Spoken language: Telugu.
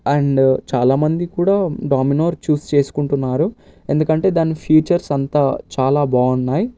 అండ్ చాలామంది కూడా డామినోర్ చూస్ చేసుకుంటున్నారు ఎందుకంటే దాన్ని ఫ్యూచర్స్ అంతా చాలా బాగున్నాయి